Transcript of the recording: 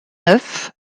neuf